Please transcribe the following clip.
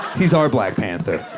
he's our black panther,